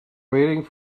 waiting